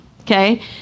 Okay